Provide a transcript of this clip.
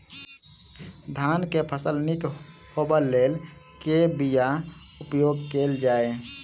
धान केँ फसल निक होब लेल केँ बीया उपयोग कैल जाय?